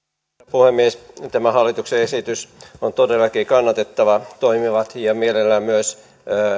puhemies tämä hallituksen esitys on todellakin kannatettava toimivat ja mielellään myös